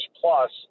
plus